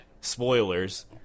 Spoilers